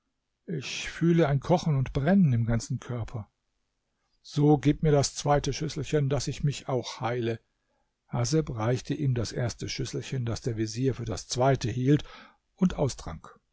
ich fühle ein kochen und brennen im ganzen körper so gib mir das zweite schüsselchen daß ich mich auch heile haseb reichte ihm das erste schüsselchen das der vezier für das zweite hielt und